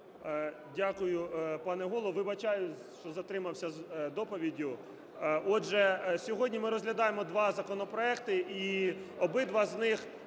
Дякую, пане Голово. Вибачаюсь, що затримався з доповіддю. Отже, сьогодні ми розглядаємо два законопроекти, і обидва з них